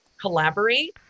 collaborate